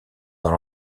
dans